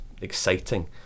exciting